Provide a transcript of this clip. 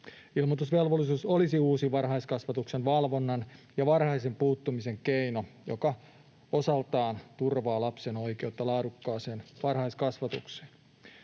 Ilmoitusvelvollisuus olisi uusi varhaiskasvatuksen valvonnan ja varhaisen puuttumisen keino, joka osaltaan turvaa lapsen oikeutta laadukkaaseen varhaiskasvatukseen.